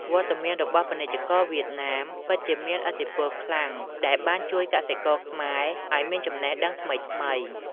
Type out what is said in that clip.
វត្តមានរបស់ពាណិជ្ជករវៀតណាមពិតជាមានឥទ្ធិពលខ្លាំង ដែលបានជួយកសិករខ្មែរឱ្យមានចំណេះដឹងថ្មីៗ។